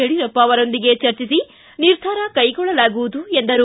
ಯಡಿಯೂರಪ್ಪ ಅವರೊಂದಿಗೆ ಚರ್ಚಿಸಿ ನಿರ್ಧಾರ ಕೈಗೊಳ್ಳಲಾಗುವುದು ಎಂದರು